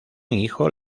hijo